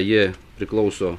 jie priklauso